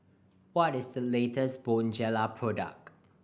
what is the latest Bonjela product